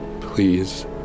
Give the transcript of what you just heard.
please